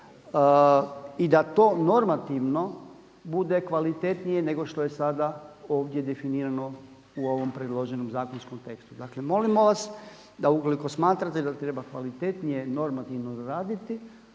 i da to normativno bude kvalitetnije nego što je sada ovdje definirano u ovom predloženom zakonskom tekstu. Dakle, molimo vas da ukoliko smatrate da treba kvalitetnije normativno doraditi,